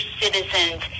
citizens